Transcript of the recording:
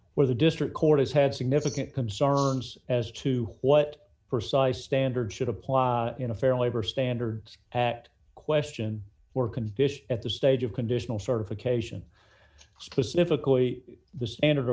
where the district court has had significant concerns as to what precise standards should apply in a fair labor standards act question or can fish at the stage of conditional certification specifically the standard